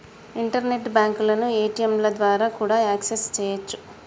internet బ్యాంకులను ఏ.టీ.యంల ద్వారా కూడా యాక్సెస్ చెయ్యొచ్చు